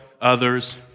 others